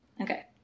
Okay